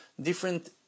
different